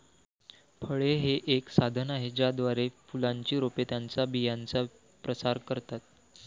फळे हे एक साधन आहे ज्याद्वारे फुलांची रोपे त्यांच्या बियांचा प्रसार करतात